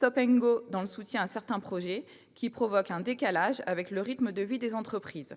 premièrement, un dans le soutien à certains projets, qui provoque un décalage avec le rythme de vie des entreprises